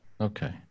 okay